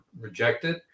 rejected